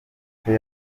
icyo